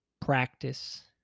practice